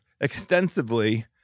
extensively